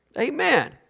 Amen